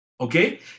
okay